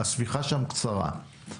השמיכה שם קצרה.